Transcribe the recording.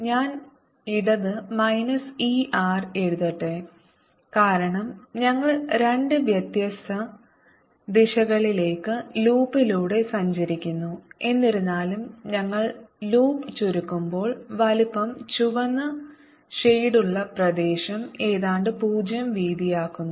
ഞാൻ ഇടത് minus e r എഴുതട്ടെ കാരണം ഞങ്ങൾ രണ്ട് വ്യത്യസ്ത ദിശകളിലേക്ക് ലൂപ്പിലൂടെ സഞ്ചരിക്കുന്നു എന്നിരുന്നാലും ഞങ്ങൾ ലൂപ്പ് ചുരുക്കുമ്പോൾ വലുപ്പം ചുവന്ന ഷേഡുള്ള പ്രദേശം ഏതാണ്ട് പൂജ്യം വീതിയാക്കുന്നു